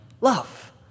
love